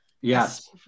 Yes